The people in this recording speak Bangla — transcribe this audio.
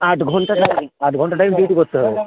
আট ঘন্টা টাইম আট ঘন্টা টাইম ডিউটি করতে হবে